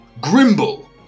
Grimble